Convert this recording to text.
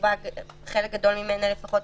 חלק גדול ממנה לפחות,